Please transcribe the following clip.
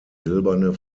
silberne